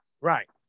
Right